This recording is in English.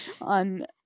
on